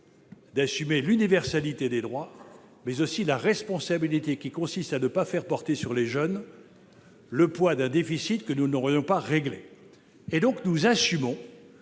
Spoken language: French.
d'assumer l'universalité des droits, mais aussi la responsabilité qui consiste à ne pas faire porter sur les jeunes le poids d'un déficit que nous n'aurions pas réglé. Par conséquent, nous assumons,